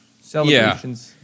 Celebration's